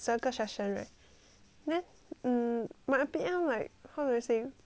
then um my I_P_L like how do I say mm